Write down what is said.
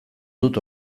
dut